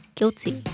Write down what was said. Guilty